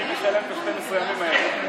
מי משלם את 12 הימים האלה?